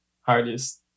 hardest